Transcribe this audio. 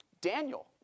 Daniel